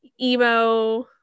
emo